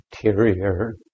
interior